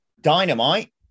Dynamite